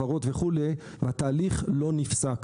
הבהרות וכולי והתהליך לא נפסק.